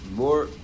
more